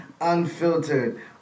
unfiltered